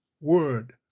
word